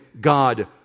God